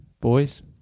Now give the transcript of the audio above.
boys